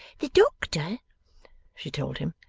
the doctor she told him,